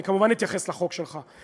אני כמובן אתייחס לחוק שלך,